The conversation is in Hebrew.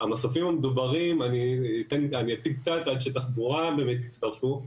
המסופים המדוברים, אציג קצת, אנשי תחבורה יצטרכו,